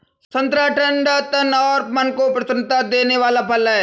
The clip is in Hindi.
संतरा ठंडा तन और मन को प्रसन्नता देने वाला फल है